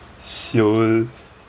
[siol]